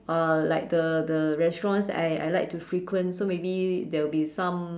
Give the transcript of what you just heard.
uh like the the restaurants that I I like to frequent so maybe there'll be some